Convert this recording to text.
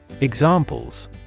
Examples